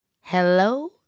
Hello